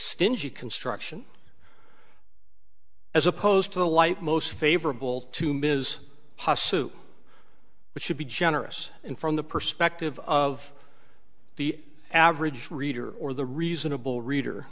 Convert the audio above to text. stingy construction as opposed to the light most favorable to ms which should be generous and from the perspective of the average reader or the reasonable reader